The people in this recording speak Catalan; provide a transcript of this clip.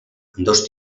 ambdós